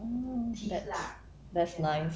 oh that's that's nice